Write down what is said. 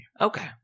Okay